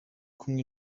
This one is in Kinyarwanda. kumwe